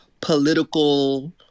political